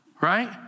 Right